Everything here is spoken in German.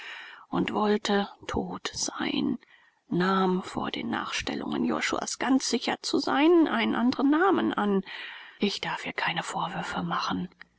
und wollte tot sein nahm um vor den nachstellungen josuas ganz sicher zu sein einen andren namen an ich darf ihr keine vorwürfe machen